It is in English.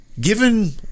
given